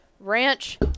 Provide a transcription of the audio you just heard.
Ranch